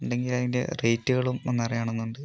ഉണ്ടെങ്കിൽ അതിൻ്റെ റേറ്റുകളും ഒന്നറിയണം എന്നുണ്ട്